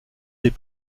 des